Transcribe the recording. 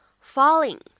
falling